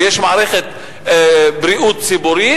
מערכת בריאות ציבורית,